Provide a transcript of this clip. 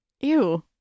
Ew